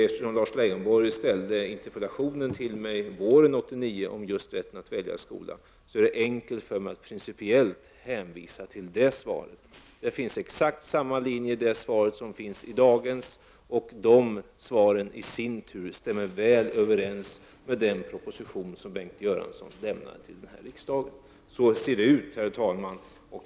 Eftersom Lars Leijonborg våren 1989 ställde en interpellation till mig om just rätten att välja skola, är det enkelt för mig att nu principiellt hänvisa till det svar han då fick. Det finns exakt samma linje i det svaret som i dagens. De båda svaren stämmer också väl överens med den proposition som Bengt Göransson lämnade till den här riksdagen. Så ser läget ut, herr talman.